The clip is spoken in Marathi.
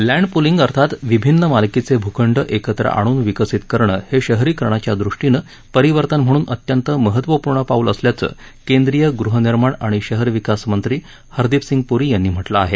लँड पुलिंग अर्थात विभिन्न मालकीचे भूखंड एकत्र णून विकसित करणं हे शहरीकरणाच्या दृष्टीनं परिवर्तन म्हणून अत्यंत महत्वपूर्ण पाऊल असल्याचं केंद्रीय गृहनिर्माण णि शहर विकास मंत्री हरदीप सिंग प्री यांनी म्हटलं हे